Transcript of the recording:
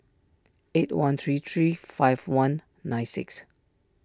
eight one three three five one nine six